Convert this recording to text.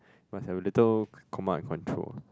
must have a little command and control